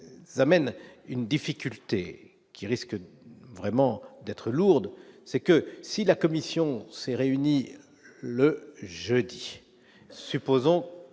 amène une difficulté qui risque vraiment d'être lourde, c'est que si la commission s'est réunie le jeudi, supposons